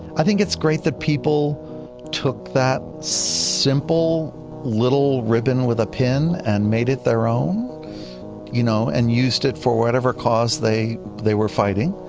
i think it's great that people took that simple little ribbon with a pin and made it their own you know and used it for whatever cause they they were fighting.